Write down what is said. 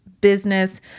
business